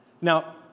Now